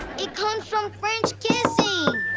it comes from french kissing!